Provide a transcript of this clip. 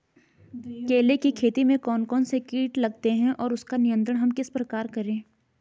केले की खेती में कौन कौन से कीट लगते हैं और उसका नियंत्रण हम किस प्रकार करें?